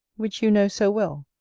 which you know so well,